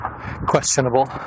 questionable